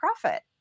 profit